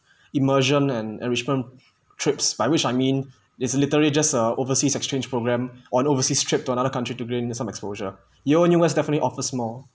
immersion and enrichment trips by which I mean there's literally just a overseas exchange program on overseas trip to another country to gain some exposure yale-N_U_S definitely offers more